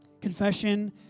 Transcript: Confession